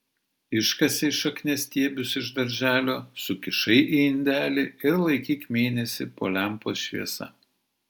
iškasei šakniastiebius iš darželio sukišai į indelį ir laikyk mėnesį po lempos šviesa